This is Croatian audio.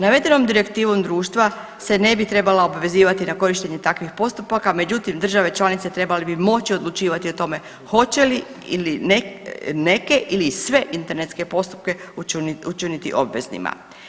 Navedenom direktivom društva se ne bi trebala obvezivati na korištenje takvih postupaka, međutim države članice trebale bi moći odlučivati o tome hoće li neke ili sve internetske postupke učiniti obveznima.